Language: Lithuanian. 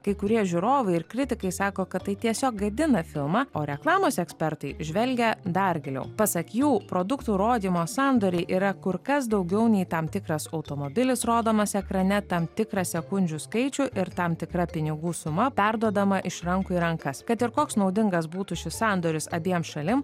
kai kurie žiūrovai ir kritikai sako kad tai tiesiog gadina filmą o reklamos ekspertai žvelgia dar giliau pasak jų produktų rodymo sandoriai yra kur kas daugiau nei tam tikras automobilis rodomas ekrane tam tikrą sekundžių skaičių ir tam tikra pinigų suma perduodama iš rankų į rankas kad ir koks naudingas būtų šis sandoris abiem šalims